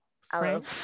French